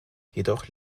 jedoch